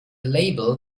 label